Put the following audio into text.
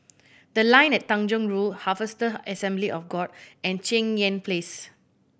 The Line at Tanjong Rhu Harvester Assembly of God and Cheng Yan Place